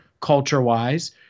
culture-wise